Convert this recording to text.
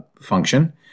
function